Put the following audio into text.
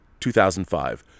2005